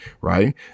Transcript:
right